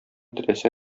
теләсә